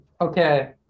Okay